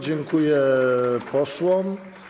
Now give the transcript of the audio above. Dziękuję posłom.